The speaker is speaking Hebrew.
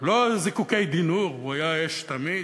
לא זיקוקי די-נור, הוא היה אש תמיד.